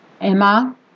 Emma